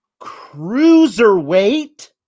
cruiserweight